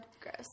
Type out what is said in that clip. Gross